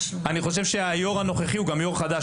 אני חושב שהיו"ר הנוכחי הוא יו"ר חדש.